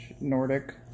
Nordic